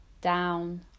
down